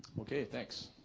okay thanks